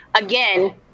again